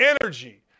energy